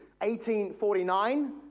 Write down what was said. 1849